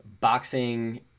boxing